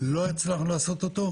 לא הצלחנו לעשות אותו,